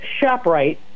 Shoprite